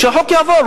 שהחוק יעבור,